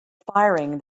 firing